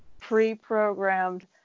pre-programmed